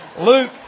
Luke